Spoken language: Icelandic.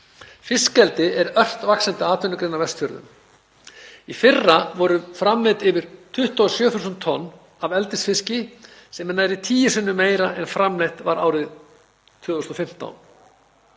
Fiskeldi er ört vaxandi atvinnugrein á Vestfjörðum. Í fyrra voru þar framleidd yfir 27 þúsund tonn af eldisfiski, sem er nærri tíu sinnum meira en framleitt var árið 2015.